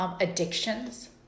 addictions